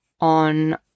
on